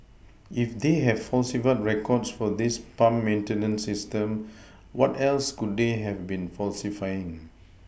if they have falsified records for this pump maintenance system what else could they have been falsifying